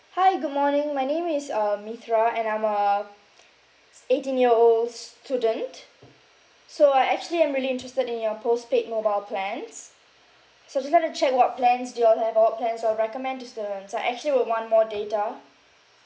hi good morning my name is uh mithra and I'm a eighteen year old student so I actually I'm really interested in your postpaid mobile plans so just want to check what plans do you all have and what plans you all recommend to students I actually would want more data